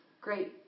great